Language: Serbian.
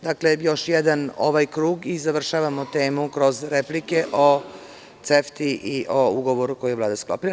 Dakle, još jedan krug i završavamo temu kroz replike o CEFT-i i o ugovoru koji vlade sklapaju.